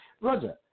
Roger